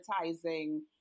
advertising